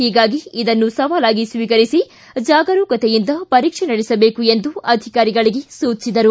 ಹೀಗಾಗಿ ಇದನ್ನು ಸವಾಲಾಗಿ ಸ್ವೀಕರಿಸಿ ಜಾಗರೂಕತೆಯಿಂದ ಪರೀಕ್ಷೆ ನಡೆಸಬೇಕು ಎಂದು ಅಧಿಕಾರಿಗಳಿಗೆ ಸೂಚಿಸಿದರು